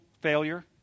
failure